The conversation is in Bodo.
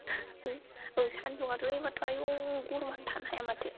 औ सानदुंआथ' एबारथ' आयौ गरमानो थानो हाया माथो